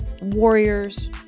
warriors